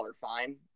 fine